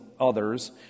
others